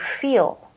feel